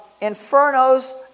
infernos